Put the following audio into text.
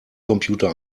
computer